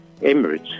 Emirates